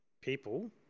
people